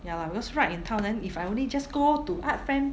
ya lah because right in town then if I only just go to Art Friend